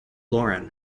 lauren